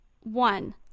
one